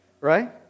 right